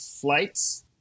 flights